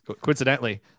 Coincidentally